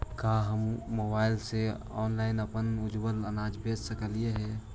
का हम मोबाईल से ऑनलाइन अपन उपजावल अनाज बेच सकली हे?